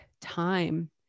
time